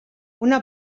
una